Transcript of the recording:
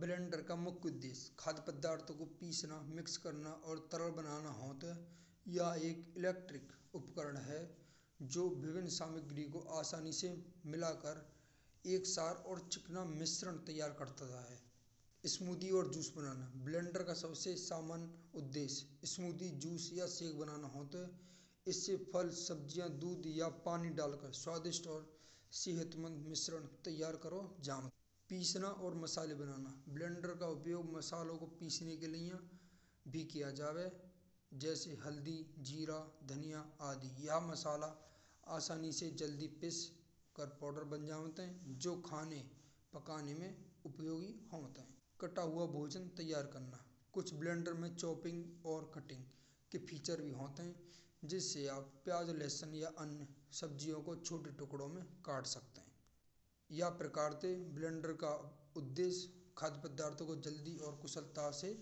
ब्लेंडर का मुख्य उद्देश्य। खाद पदार्थ को पीसना मिक्स करना और तरल बनाना होतौ हाँ। या एक इलेक्ट्रिक उपकरण है। जो विभिन्न सामग्रियों को आसान से मिलाकर एक साथ और चिकना मिश्रण तैयार करता है। स्मूदी और जूस बनाना। ब्लेंडर का सबसे सामान्य उद्देश्य। स्मूदी जूस या शेक बनाना होतौ है। इसी फल, सब्जियाँ दूध या पानी डालकर स्वादिष्ट और सेहतमंद मिश्रण तैयार करो। पीसना और मसाला केला ब्लेंडर का उपयोग मसालों को पीसने के लिए भी किया जावे। जैसे हल्दी जीरा धनिया आदि या मसाला आसान से जल्दी पेश कर पाउडर बन जाते हैं। जो खाने पकाने में उपयोगी होता है कटा हुआ भोजन तैयार करना कुछ ब्लेंडर में शॉपिंग और कटिंग के फीचर भी होते हैं। जिसे आप प्याज लहसुन या अन्य सब्जियों को काट सकते हैं। या प्रकार ते ब्लेंडर का उद्देश्य खाद पदार्थों को जल्दी और कुशलता से